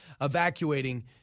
evacuating